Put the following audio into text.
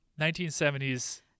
1970s